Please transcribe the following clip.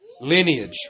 lineage